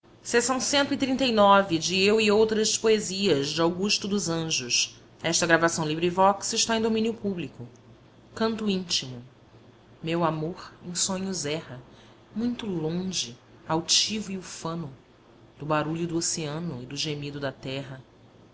dessa fulgente porta e dessa clara e alva redoma aérea no desfilar de sua carne morta a transitoriedade da matéria canto íntimo meu amor em sonhos erra muito longe altivo e ufano do barulho do oceano e do gemido da terra